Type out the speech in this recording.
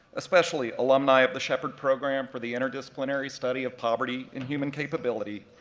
especially alumni of the shepherd program for the interdisciplinary study of poverty and human capability,